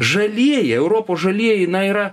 žalieji europos žalieji yra